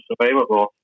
available